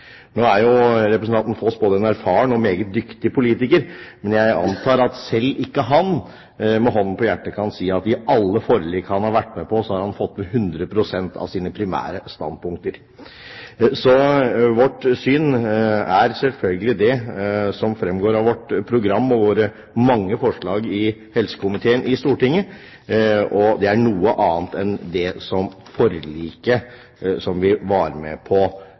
Nå er jo representanten Foss både en erfaren og meget dyktig politiker, men jeg antar at selv ikke han med hånden på hjertet kan si at i alle forlik han har vært med på, har han fått med 100 pst. av sine primære standpunkter. Så vårt syn er selvfølgelig det som fremgår av vårt program og våre mange forslag i helse- og omsorgskomiteen i Stortinget, og det er noe annet enn det som forliket, som vi var med på